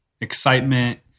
Excitement